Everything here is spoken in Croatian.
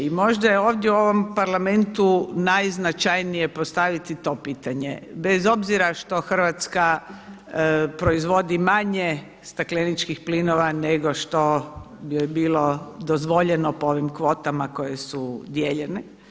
I možda je ovdje u ovom Parlamentu najznačajnije postaviti to pitanje bez obzira što Hrvatska proizvodi manje stakleničkih plinova nešto što bi joj bilo dozvoljeno po ovim kvotama koje su dijeljene.